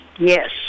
Yes